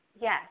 Yes